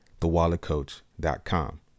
thewalletcoach.com